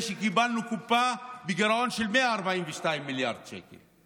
שקיבלנו קופה בגירעון של 142 מיליארד שקל.